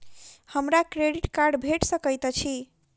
हमरा credit card भेट सकैत अछि?